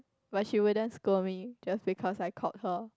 but she wouldn't scold me just because I called her